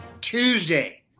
Tuesday